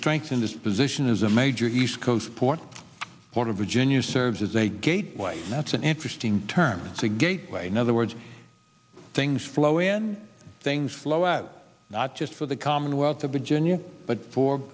strengthen his position as a major east coast port or virginia serves as a gateway that's an interesting term it's a gateway in other words things flow in things flow out not just for the commonwealth of virginia but for